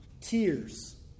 Tears